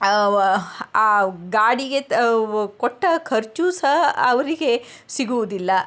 ಆ ಗಾಡಿಗೆ ಕೊಟ್ಟ ಖರ್ಚು ಸಹ ಅವರಿಗೆ ಸಿಗುವುದಿಲ್ಲ